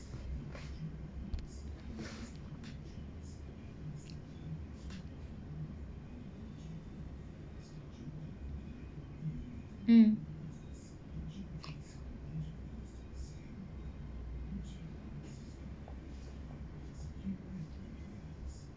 mm